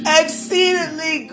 exceedingly